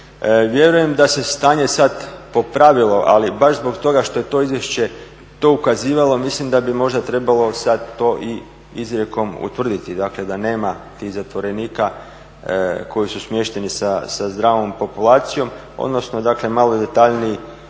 Vjerujem da se stanje sad popravilo ali baš zbog toga što je to izvješće to ukazivalo mislim da bi možda trebalo sad to i izrijekom utvrditi, dakle da nema tih zatvorenika koji su smješteni sa zdravom populacijom odnosno dakle malo detaljniji